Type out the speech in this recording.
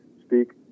speak